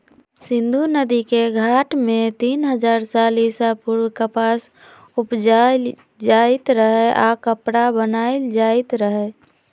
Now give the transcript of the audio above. सिंधु नदिके घाट में तीन हजार साल ईसा पूर्व कपास उपजायल जाइत रहै आऽ कपरा बनाएल जाइत रहै